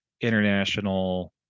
international